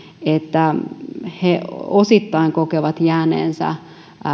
että he osittain kokevat jääneensä